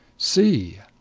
see!